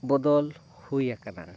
ᱵᱚᱫᱚᱞ ᱦᱩᱭ ᱠᱟᱱᱟ